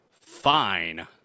fine